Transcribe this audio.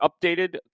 updated